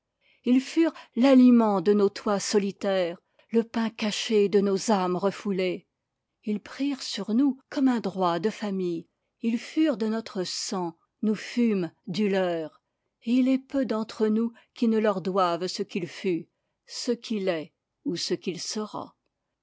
ils lurent l'aliment de nos toits solitaires le pain caché de nos ames refoulées ils prirent sur nous comme un droit de famille ils furent de notre sang nous fûmes du leur et il est peu d'entre nous qui ne leur doive ce qu'il fut ce qu'il est ou ce qu'il sera